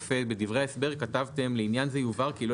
בדברי ההסבר כתבתם כך: "לעניין זה יובהר כי לא